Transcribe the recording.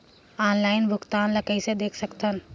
Online भुगतान ल कइसे देख सकथन?